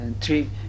three